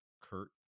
kurt